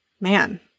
Man